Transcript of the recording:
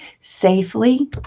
safely